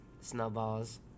snowballs